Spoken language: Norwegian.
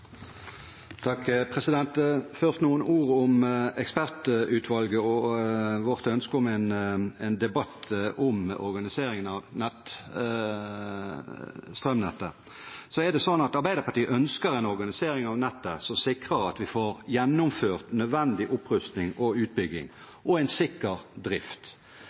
ord om ekspertutvalget og vårt ønske om en debatt om organiseringen av strømnettet. Arbeiderpartiet ønsker en organisering av nettet som sikrer at vi får gjennomført nødvendig opprustning og utbygging og en sikker drift.